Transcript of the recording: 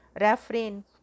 refrain